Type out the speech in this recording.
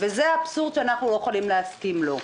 זה אבסורד שאנחנו לא יכולים להסכים לו.